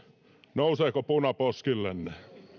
nouseeko puna poskillenne